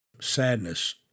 sadness